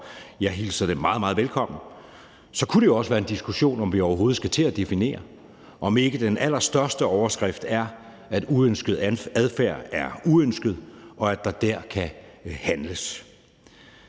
og jeg hilser det meget, meget velkommen – kunne man også diskutere, om vi overhovedet skal til at lave definitioner, og om ikke den allerstørste overskrift er, at uønsket adfærd er uønsket, og at der kan handles